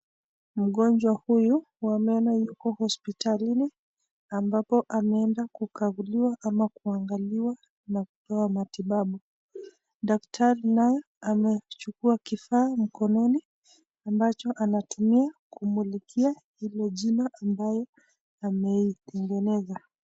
Mgonjwa huyu tunaona yuko hospitalini ambapo ameenda kukaguliwa meno au kuangaliwa na kupewa matibabu. Daktari nayo amechukua kifaa mkononi ambacho anatumia kumulikia ile jino ambayo anaitengeneza.